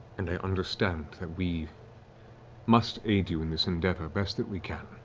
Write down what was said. and i understand that we must aid you in this endeavor, best that we can.